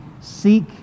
seek